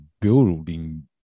building